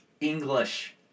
English